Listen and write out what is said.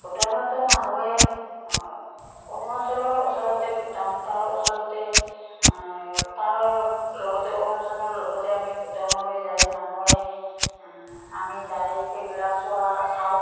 ভূটানতো মানুহে অৰুণাচলৰ ওচৰতে ভূটান তাৰ ওচৰতে তাৰ লগতে অৰুণাচলৰ লগতে আমি ভূটানলৈ যাই মানুহে আমি যাই সেইবিলাক চোৱা চাওঁ